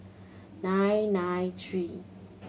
nine nine three